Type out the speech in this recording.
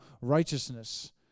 righteousness